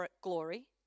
glory